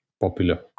popular